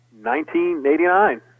1989